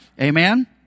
Amen